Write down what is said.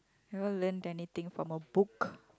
you don't learn anything from a book